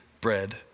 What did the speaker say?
bread